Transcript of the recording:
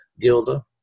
Gilda